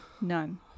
None